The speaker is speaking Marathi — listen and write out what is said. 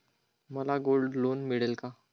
मला गोल्ड लोन मिळेल का?